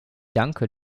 danke